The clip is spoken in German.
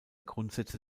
grundsätze